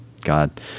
God